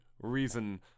reason